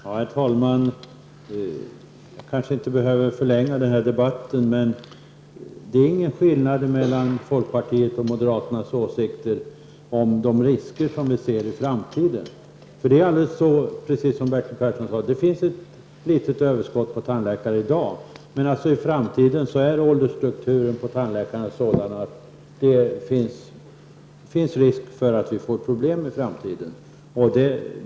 Herr talman! Jag kanske inte behöver förlänga den här debatten, men jag vill poängtera att det är ingen skillnad mellan folkpartiets och moderaternas syn på riskerna i framtiden. Precis som Bertil Persson sade, finns det ett litet överskott på tandläkare i dag, men tandläkarkårens åldersstruktur är sådan att det finns risk för problem i framtiden.